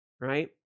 right